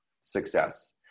success